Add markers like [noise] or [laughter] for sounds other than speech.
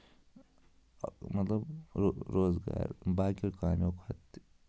[unintelligible] مطلب روزگار باقیو کامیو کھۄتہٕ تہِ